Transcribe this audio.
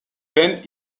veines